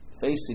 facing